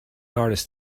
artist